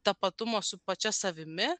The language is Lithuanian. tapatumo su pačia savimi